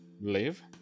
live